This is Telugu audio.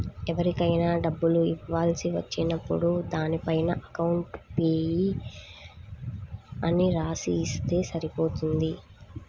ఎవరికైనా డబ్బులు ఇవ్వాల్సి వచ్చినప్పుడు దానిపైన అకౌంట్ పేయీ అని రాసి ఇస్తే సరిపోతుంది